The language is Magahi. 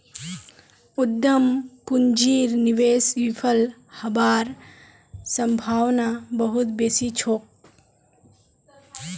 उद्यम पूंजीर निवेश विफल हबार सम्भावना बहुत बेसी छोक